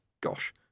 Gosh